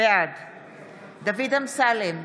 בעד דוד אמסלם,